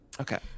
Okay